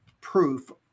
proof